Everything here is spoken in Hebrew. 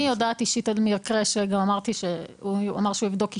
אני אישית יודעת על מקרה אחד שנאמר לי שיבדקו אישית.